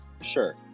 Sure